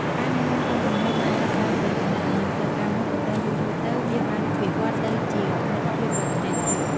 ការណែនាំតាមជំនាន់បានចាប់ផ្តើមពីទំនាក់ទំនងផ្លូវការមួយ ប៉ុន្តែយូរៗទៅវាបានវិវត្តន៍ទៅជាមិត្តភាពដ៏ជ្រាលជ្រៅ។